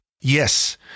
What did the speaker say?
Yes